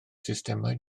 systemau